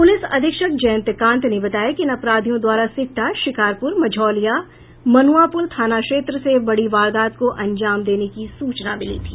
प्रलिस अधीक्षक जयंतकांत ने बताया कि इन अपराधियों द्वारा सिकटा शिकारपुर मझौलिया मनुआपुल थाना क्षेत्र से बड़ी वारदात को अंजाम देने की सूचना मिली थी